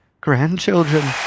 grandchildren